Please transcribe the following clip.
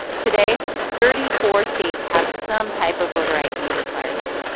today, thirty four states have some type of voter id requirement.